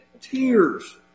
tears